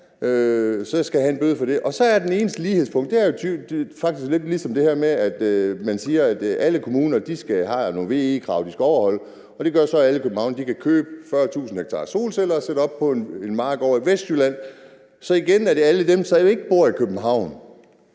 Så skal jeg have en bøde for det, og så er det eneste lighedspunkt faktisk, at det er lidt ligesom det her med, at man siger, at alle kommuner har nogle VE-krav, de skal overholde, og det gør så, at alle københavnere kan købe 40.000 ha solceller og sætte op på en mark ovre i Vestjylland, så det igen er alle dem, som ikke bor i København,